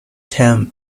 term